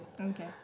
Okay